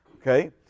Okay